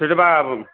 ସେଠି ବା